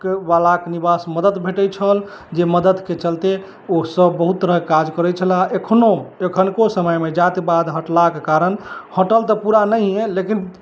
Balak निवास मदद भेटै छल जे मददके चलते ओ सभ बहुत तरहक काज करै छलए एखनो एखनुको समयमे जातिवाद हटलाक कारण हटल तऽ पूरा नहियें लेकिन